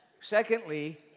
Secondly